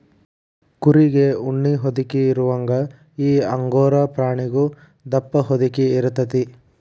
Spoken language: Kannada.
ಕುರಿಗೆ ಉಣ್ಣಿ ಹೊದಿಕೆ ಇರುವಂಗ ಈ ಅಂಗೋರಾ ಪ್ರಾಣಿಗು ದಪ್ಪ ಹೊದಿಕೆ ಇರತತಿ